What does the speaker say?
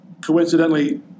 coincidentally